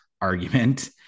argument